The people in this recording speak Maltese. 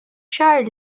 xahar